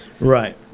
Right